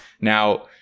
Now